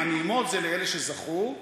הנעימות, לאלה שזכו,